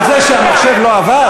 על זה שהמחשב לא עבד?